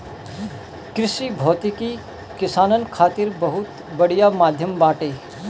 कृषि भौतिकी किसानन खातिर बहुत बढ़िया माध्यम बाटे